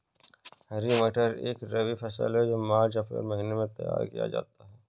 हरी मटर एक रबी फसल है जो मार्च अप्रैल महिने में तैयार किया जाता है